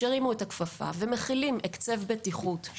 ומחילים הקצב בטיחות,